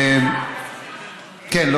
כן,